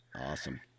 Awesome